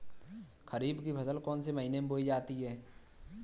खरीफ की फसल कौन से महीने में बोई जाती है?